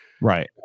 Right